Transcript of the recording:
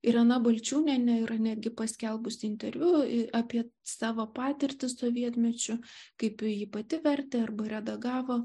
irena balčiūnienė yra netgi paskelbusi interviu apie savo patirtį sovietmečiu kaip ji pati vertė arba redagavo